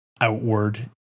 outward